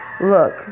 look